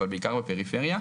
אבל בעיקר בפריפריה,